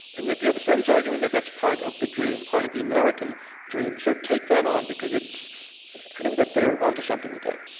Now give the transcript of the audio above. and yet the other side is arguing that that's part of the dream, part of the american dream. so take that on, because it's i think that they're onto something with that.